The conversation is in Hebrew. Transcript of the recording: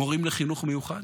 מורים לחינוך מיוחד,